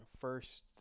first